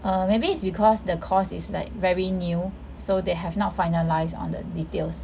err maybe it's because the course is like very new so they have not finalised on the details